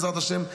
בעזרת השם,